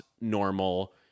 normal